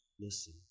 Listen